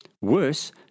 Worse